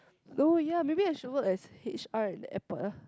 no ya maybe I should work as H_R in the airport ah